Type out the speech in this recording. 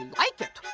and like it.